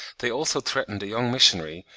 they also threatened a young missionary,